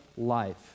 life